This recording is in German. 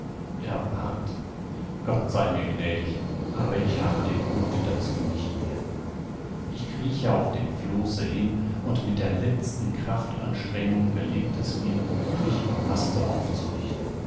erwarten gott sei mir gnädig aber ich habe den muth dazu nicht mehr ich krieche auf dem flosse hin und mit der letzten kraftanstrengung gelingt es mir mich am maste aufzurichten